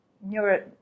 neuro